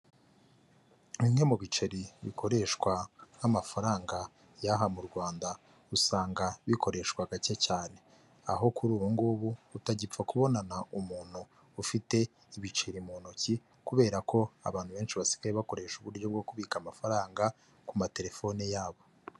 Bimwe mu biceri bikoreshwa nk'amafaranga y'aha mu Rwanda, usanga bikoreshwa gake cyane. Aho kuri ubu ngubu utagipfa kubonana umuntu ufite ibiceri mu ntoki, kubera ko abantu benshi basigaye bakoresha uburyo bwo kubika amafaranga ku matelefone yabo.